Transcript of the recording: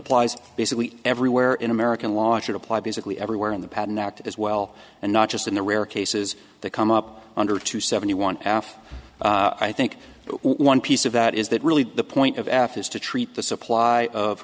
applies basically everywhere in american law should apply basically everywhere in the patent act as well and not just in the rare cases that come up under two seventy one half i think one piece of that is that really the point of f is to treat the supply of